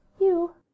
You—